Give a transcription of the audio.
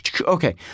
Okay